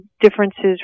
differences